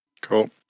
Cool